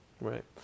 Right